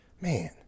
man